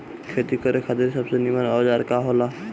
खेती करे खातिर सबसे नीमन औजार का हो ला?